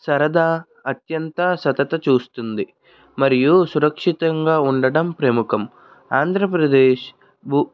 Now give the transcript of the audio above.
సరదా అత్యంత సదతు చూస్తుంది మరియు సురక్షితంగా ఉండడం ప్రముఖం ఆంధ్రప్రదేశ్ భూ